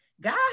God